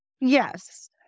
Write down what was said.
Yes